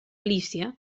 lícia